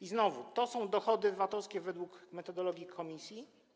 I znowu, to są dochody VAT-owskie według metodologii komisji.